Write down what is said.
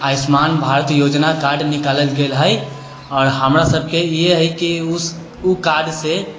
आयुष्मान भारत योजना कार्ड निकालल गेल हइ आओर हमरा सबके इएह हइ कि ओहि कार्डसँ